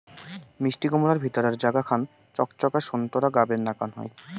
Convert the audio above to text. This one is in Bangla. মিষ্টিকুমড়ার ভিতিরার জাগা খান চকচকা সোন্তোরা গাবের নাকান হই